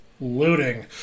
looting